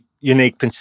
unique